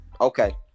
Okay